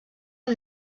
who